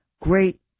great